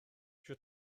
sut